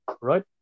right